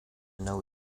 know